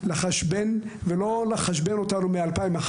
ולא לחשבן אותנו מ-2011.